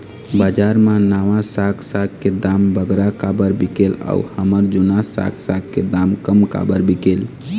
बजार मा नावा साग साग के दाम बगरा काबर बिकेल अऊ हमर जूना साग साग के दाम कम काबर बिकेल?